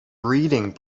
breeding